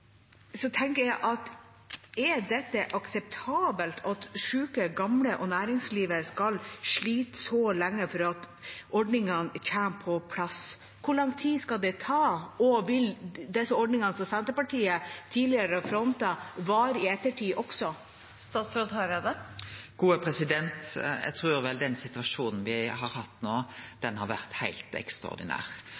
tenker jeg: Er det akseptabelt at syke og gamle og næringslivet skal slite så lenge før ordningene kommer på plass? Hvor lang tid skal det ta? Og vil disse ordningene, som Senterpartiet tidligere har frontet, vare i ettertid også? Eg trur vel den situasjonen me har hatt